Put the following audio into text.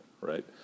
right